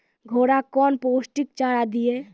घोड़ा कौन पोस्टिक चारा दिए?